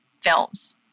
films